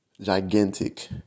Gigantic